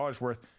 worth